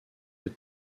aux